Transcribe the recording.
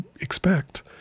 expect